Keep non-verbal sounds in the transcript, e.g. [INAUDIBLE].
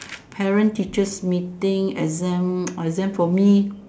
parent teachers meeting exam [NOISE] exam for me